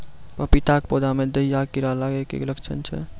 पपीता के पौधा मे दहिया कीड़ा लागे के की लक्छण छै?